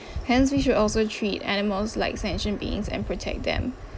hence we should also treat animals like sentient beings and protect them